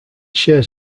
shares